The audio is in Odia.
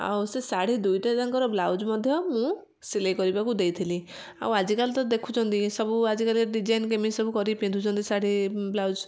ଆଉ ସେ ଶାଢ଼ୀ ଦୁଇଟାଯାଙ୍କର ବ୍ଳାଉଜ ମଧ୍ୟ ମୁଁ ସିଲେଇ କରିବାକୁ ଦେଇଥିଲି ଆଉ ଆଜିକାଲି ତ ଦେଖୁଛନ୍ତି ଏସବୁ ଆଜିକାଲି ଡିଜାଇନ କେମିତି ସବୁ କରିକି ପିନ୍ଧୁଛନ୍ତି ଶାଢ଼ୀ ବ୍ଳାଉଜ